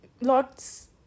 lots